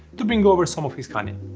to bring over some of his honey.